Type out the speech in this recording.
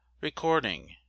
Recording